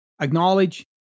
acknowledge